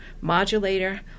modulator